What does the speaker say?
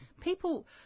people –